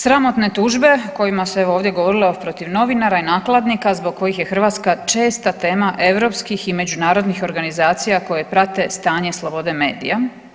Sramotne tužbe o kojima se evo ovdje govorilo protiv novinara i nakladnika zbog kojih je Hrvatska česta tema europskih i međunarodnih organizacija koje prate stanje slobode medija.